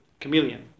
chameleon